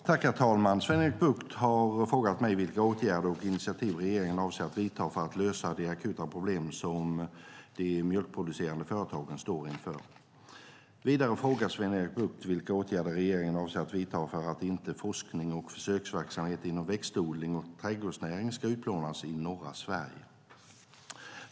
Herr talman! Sven-Erik Bucht har frågat mig vilka åtgärder regeringen avser att vidta och vilka initiativ regeringen avser att ta för att lösa de akuta problem som de mjölkproducerande företagen står inför. Vidare frågar Sven-Erik Bucht vilka åtgärder regeringen avser att vidta för att inte forskning och försöksverksamhet inom växtodling och trädgårdsnäring ska utplånas i norra Sverige.